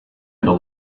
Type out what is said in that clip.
into